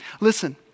Listen